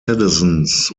citizens